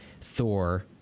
Thor